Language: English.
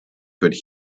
could